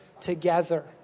together